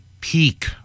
peak